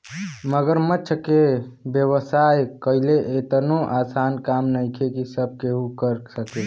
मगरमच्छ के व्यवसाय कईल एतनो आसान काम नइखे की सब केहू कर सके